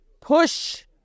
push